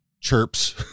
chirps